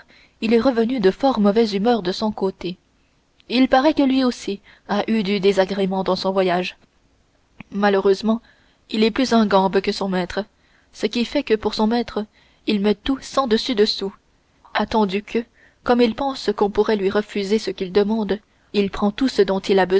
il est revenu de fort mauvaise humeur de son côté il paraît que lui aussi a eu du désagrément dans son voyage malheureusement il est plus ingambe que son maître ce qui fait que pour son maître il met tout sens dessus dessous attendu que comme il pense qu'on pourrait lui refuser ce qu'il demande il prend tout ce dont il